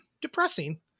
Depressing